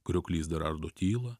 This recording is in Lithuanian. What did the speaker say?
krioklys dar ardo tylą